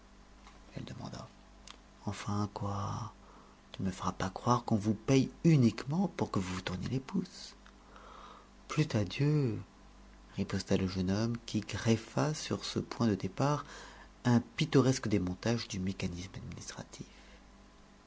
elle demanda enfin quoi tu ne me feras pas croire qu'on vous paie uniquement pour que vous vous tourniez les pouces plût à dieu riposta le jeune homme qui greffa sur ce point de départ un pittoresque démontage du mécanisme administratif